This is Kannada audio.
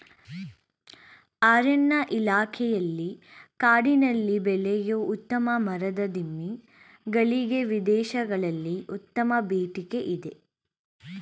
ಅರಣ್ಯ ಇಲಾಖೆಯಲ್ಲಿ ಕಾಡಿನಲ್ಲಿ ಬೆಳೆಯೂ ಉತ್ತಮ ಮರದ ದಿಮ್ಮಿ ಗಳಿಗೆ ವಿದೇಶಗಳಲ್ಲಿ ಉತ್ತಮ ಬೇಡಿಕೆ ಇದೆ